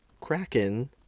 Kraken